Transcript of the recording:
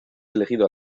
elegido